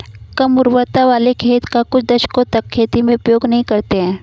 कम उर्वरता वाले खेत का कुछ दशकों तक खेती में उपयोग नहीं करते हैं